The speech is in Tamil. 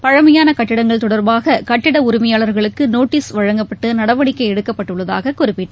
பழமையானகட்டங்கள் தொடர்பாககட்டிடஉரிமையாளர்களுக்குநோட்டீஸ் வழங்கப்பட்டுநடவடிக்கைஎடுக்கப்பட்டுள்ளதாககுறிப்பிட்டார்